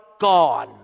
gone